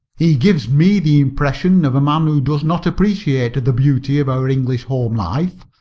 he gives me the impression of a man who does not appreciate the beauty of our english home-life.